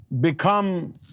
Become